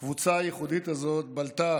הקבוצה הייחודית הזאת בלטה